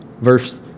verse